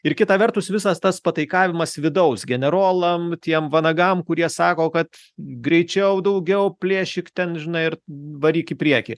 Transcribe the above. ir kita vertus visas tas pataikavimas vidaus generolam tiem vanagam kurie sako kad greičiau daugiau plėšyk ten žinai ir varyk į priekį